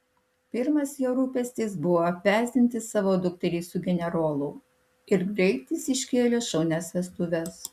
pirmas jo rūpestis buvo apvesdinti savo dukterį su generolu ir greit jis iškėlė šaunias vestuves